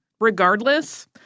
Regardless